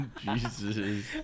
Jesus